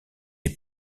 est